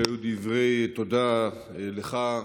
אלה היו דברי תודה לך,